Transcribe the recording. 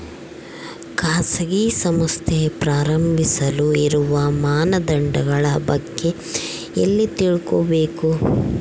ಖಾಸಗಿ ಸಂಸ್ಥೆ ಪ್ರಾರಂಭಿಸಲು ಇರುವ ಮಾನದಂಡಗಳ ಬಗ್ಗೆ ಎಲ್ಲಿ ತಿಳ್ಕೊಬೇಕು?